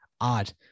Odd